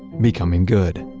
becoming good.